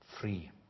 free